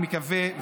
אני מקווה,